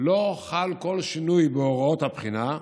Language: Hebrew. לא חל כל שינוי בהוראות הבחינה.